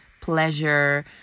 pleasure